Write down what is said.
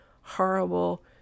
horrible